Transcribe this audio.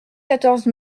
quatorze